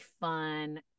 fun